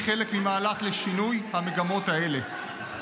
היא חלק ממהלך לשינוי המגמות האלה.